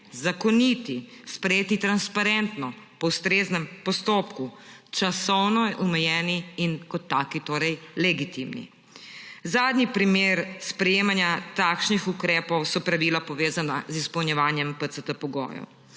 zakoniti, sprejeti transparentno, po ustreznem postopku, časovno omejeni in kot taki torej legitimni. Zadnji primer sprejemanja takšnih ukrepov so pravila, povezana z izpolnjevanjem pogojev